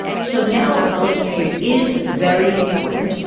so now a college degree is very important.